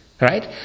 Right